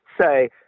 say